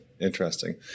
Interesting